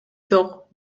жок